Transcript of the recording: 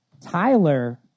Tyler